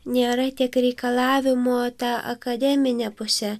nėra tiek reikalavimo ta akademine puse